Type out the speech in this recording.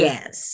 Yes